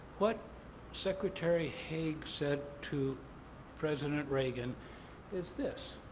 what secretary haig said to president reagan is this,